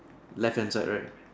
left hand side right